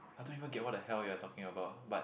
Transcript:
I don't even get what the hell you are talking about but